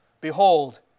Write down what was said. behold